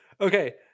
Okay